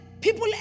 people